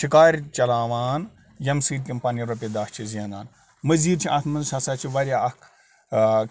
شِکارِ چلاوان ییٚمہِ سۭتۍ تِم پَنٛنہِ رۄپیہِ دَہ چھِ زینان مٔزیٖد چھِ اَتھ منٛز ہَسا چھِ واریاہ اَکھ